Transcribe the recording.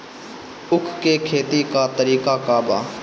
उख के खेती का तरीका का बा?